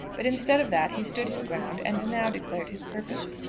but instead of that, he stood his ground, and now declared his purpose.